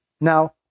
Now